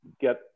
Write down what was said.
get